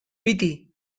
piti